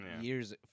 years